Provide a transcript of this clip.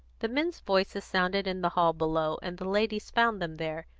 the men's voices sounded in the hall below, and the ladies found them there.